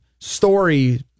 story